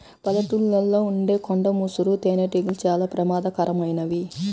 పల్లెటూళ్ళలో ఉండే కొండ ముసురు తేనెటీగలు చాలా ప్రమాదకరమైనవి